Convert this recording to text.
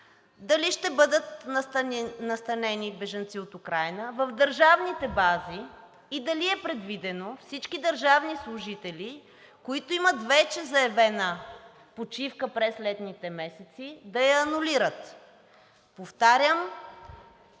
дали ще бъдат настанени бежанци от Украйна в държавните бази и дали е предвидено всички държавни служители, които имат вече заявена почивка през летните месеци, да я анулират? Повтарям,